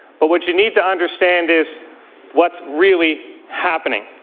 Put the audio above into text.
but what you need to understand is what's really happening.